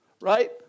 right